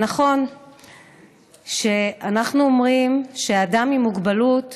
נכון שאנחנו אומרים שאדם עם מוגבלות